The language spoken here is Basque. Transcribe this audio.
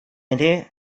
ere